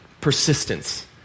persistence